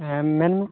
ᱦᱮᱸ ᱢᱮᱱᱢᱮ